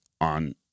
on